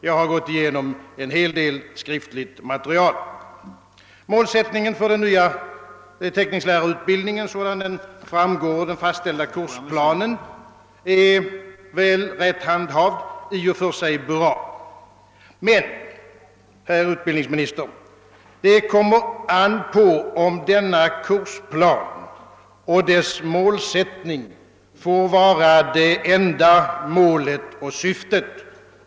Jag har gått igenom en hel del skriftligt material av detta slag. Den nya teckningslärarutbildningen med dess målsättning, sådan den framgår av den fastställda kursplanen är väl — rätt handhavd — i och för sig bra. Men, herr utbildningsminister, det kommer an på om denna kursplan och dess målsättning får vara det enda vägledande.